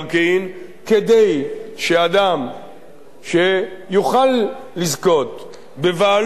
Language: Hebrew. כדי שאדם שיוכל לזכות בבעלות על הקרקע,